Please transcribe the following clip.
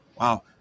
Wow